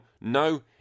No